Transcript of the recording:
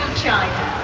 china,